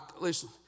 listen